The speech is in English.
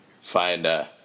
Find